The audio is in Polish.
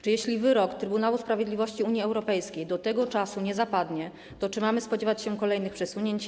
Czy jeśli wyrok Trybunału Sprawiedliwości Unii Europejskiej do tego czasu nie zapadnie, mamy spodziewać się kolejnych przesunięć?